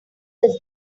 does